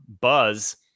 buzz